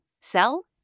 sell